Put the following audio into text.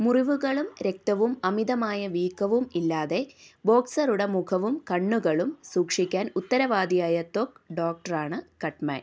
മുറിവുകളും രക്തവും അമിതമായ വീക്കവും ഇല്ലാതെ ബോക്സറുടെ മുഖവും കണ്ണുകളും സൂക്ഷിക്കാൻ ഉത്തരവാദിയായ ത്വക്ക് ഡോക്ടറാണ് കട്ട്മാൻ